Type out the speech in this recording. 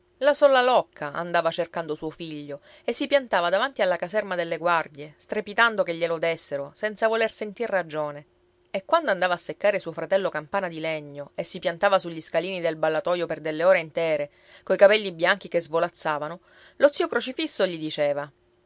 la sola locca andava cercando suo figlio e si piantava davanti alla caserma delle guardie strepitando che glielo dessero senza voler sentir ragione e quando andava a seccare suo fratello campana di legno e si piantava sugli scalini del ballatoio per delle ore intere coi capelli bianchi che svolazzavano lo zio crocifisso gli diceva